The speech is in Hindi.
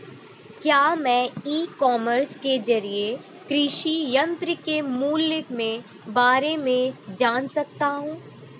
क्या मैं ई कॉमर्स के ज़रिए कृषि यंत्र के मूल्य में बारे में जान सकता हूँ?